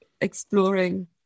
exploring